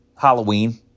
Halloween